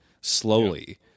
slowly